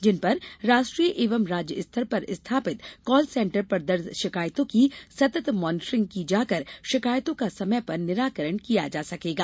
जिन पर राष्ट्रीय एवं राज्य स्तर पर स्थापित कॉल सेंटर पर दर्ज शिकायतों की सतत् मॉनिटरिंग की जाकर शिकायतों का समय पर निराकरण किया जा सकेगा